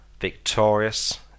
victorious